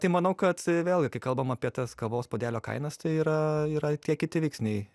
tai manau kad vėlgi kai kalbam apie tas kavos puodelio kainas tai yra yra tie kiti veiksniai